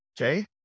Okay